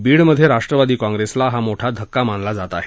बीडमध्ये राष्ट्रवादी काँग्रेसला हा मोठा धक्का मानला जात आहे